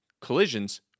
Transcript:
Collisions